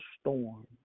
storm